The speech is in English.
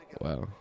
Wow